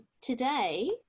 Today